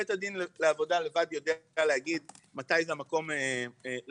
בית הדין לעבודה לבד יודע להגיד מתי זה המקום להחזיר